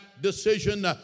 decision